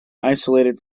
isolated